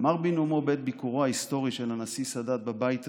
אמר בנאומו בעת ביקורו ההיסטורי של הנשיא סאדאת בבית הזה: